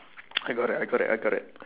I got it I got it I got it